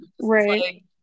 right